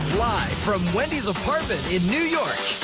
live from wendy's apartment in new york,